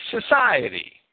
society